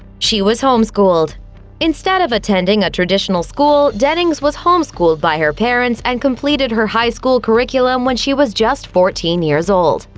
she was home-schooled instead of attending a traditional school, dennings was home-schooled by her parents and completed her high school curriculum when she was just fourteen years old.